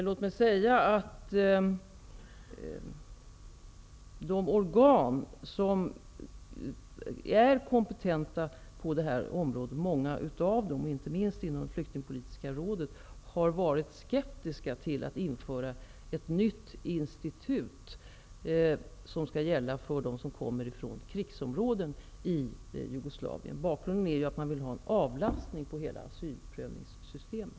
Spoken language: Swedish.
Låt mig säga att många av dessa organ, som är kompetenta på det här området, inte minst Flyktingpolitiska rådet, har varit skeptiska till att införa ett nytt institut som skall gälla för dem som kommer från krigsområden i Jugoslavien. Bakgrunden är att man vill avlasta hela asylprövningssystemet.